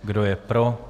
Kdo je pro?